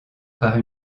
par